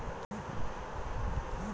रउआ सभे बताई बढ़ियां फसल कवने चीज़क होखेला?